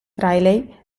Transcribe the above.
riley